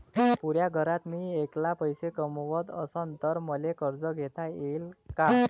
पुऱ्या घरात मी ऐकला पैसे कमवत असन तर मले कर्ज घेता येईन का?